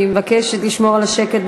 אני מבקשת לשמור על השקט.